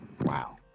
Wow